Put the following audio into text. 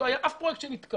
לא היה אף פרויקט שנתקע.